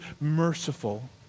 merciful